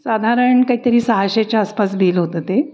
साधारण काही तरी सहाशेच्या आसपास बिल होतं ते